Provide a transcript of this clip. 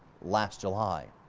last july.